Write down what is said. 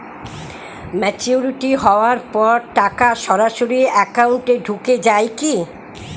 Maturity হওয়ার পর টাকা সরাসরি একাউন্ট এ ঢুকে য়ায় কি?